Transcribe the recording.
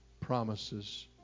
promises